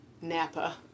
Napa